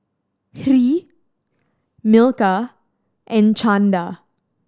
Hri Milkha and Chanda